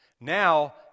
Now